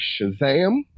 Shazam